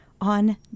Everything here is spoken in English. on